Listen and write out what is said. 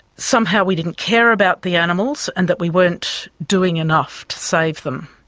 somehow we didn't care about the animals and that we weren't doing enough to save them.